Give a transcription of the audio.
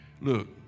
look